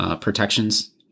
protections